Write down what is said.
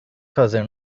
fazer